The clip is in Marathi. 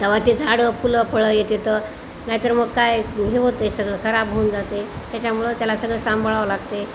तेव्हा ते झाडं फुलं फळं येतात नाहीतर मग काय हे होत आहे सगळं खराब होऊन जाते त्याच्यामुळं त्याला सगळं सांभाळावं लागते